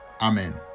Amen